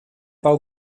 bau